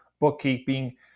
bookkeeping